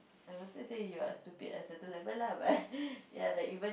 I wanted to say you're stupid at certain level lah but ya like even